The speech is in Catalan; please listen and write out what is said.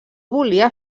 volia